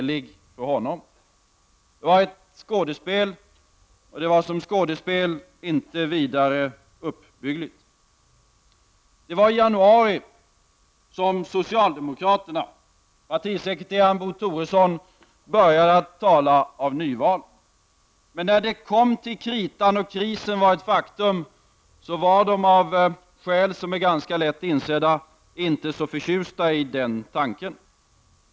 Det var ett skådespel, och som skådespel inte vidare uppbyggligt. Det var i januari som socialdemokraterna, partisekreteraren Bo Toresson, började att tala om nyval. Men när det kom till kritan och krisen var ett faktum var de av skäl som är ganska lätta att inse inte så förtjusta i tanken.